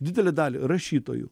didelę dalį rašytojų